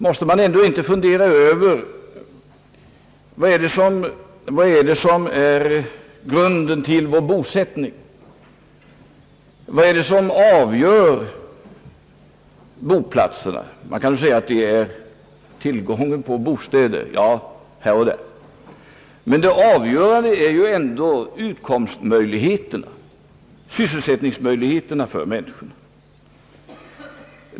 Måste man ändå inte fundera över vad som är grunden till vår bosättning, vad det är som avgör boplatserna? Man kan säga att det är tillgången på bostäder. Ja, här och där. Men det avgörande är ändå utkomstmöjligheterna, sysselsättningsmöjligheterna för människorna.